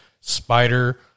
spider